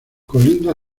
colinda